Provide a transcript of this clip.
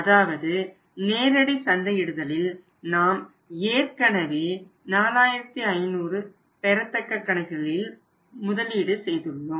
அதாவது நேரடி சந்தையிடுதலில் நாம் ஏற்கனவே 4500 பெறத்தக்க கணக்குகளில் முதலீடு செய்துள்ளோம்